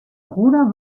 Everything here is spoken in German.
bruder